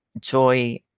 joy